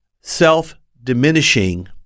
self-diminishing